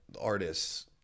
artists